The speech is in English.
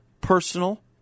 personal